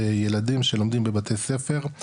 ילדים שלומדים בבתי ספר,